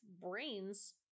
brains